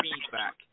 feedback